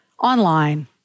online